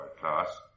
class